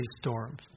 storms